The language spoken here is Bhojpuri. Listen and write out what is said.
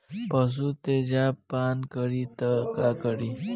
पशु तेजाब पान करी त का करी?